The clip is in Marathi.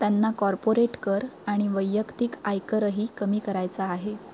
त्यांना कॉर्पोरेट कर आणि वैयक्तिक आयकरही कमी करायचा आहे